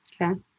Okay